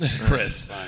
Chris